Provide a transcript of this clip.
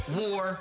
war